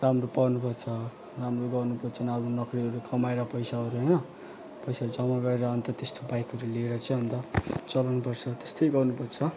राम्रो पढ्नुपर्छ राम्रो गर्नुपर्छ राम्रो नोकरीहरू कमाएर पैसाहरू होइन पैसाहरू जम्मा गरेर अन्त त्यस्तो बाइकहरू लिएर चाहिँ अन्त चलाउनुपर्छ त्यस्तै गर्नुपर्छ